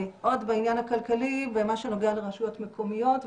עוד בעניין הכלכלי במה שנוגע לרשויות מקומיות.